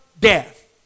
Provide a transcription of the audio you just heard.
death